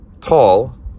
tall